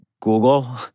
Google